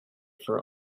for